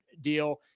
deal